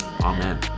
Amen